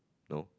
no